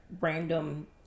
random